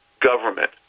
government